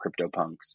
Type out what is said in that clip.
CryptoPunks